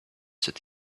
said